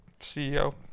CEO